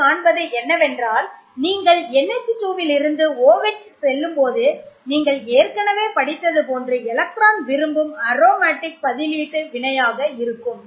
நீங்கள் காண்பது என்னவென்றால் நீங்கள் NH2 இல் இருந்து OH செல்லும்போது நீங்கள் ஏற்கனவே படித்தது போன்று எலக்ட்ரான் விரும்பும் அரோமேட்டிக் பதிலீட்டு வினையாக இருக்கும்